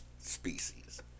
species